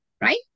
right